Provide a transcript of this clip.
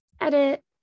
edit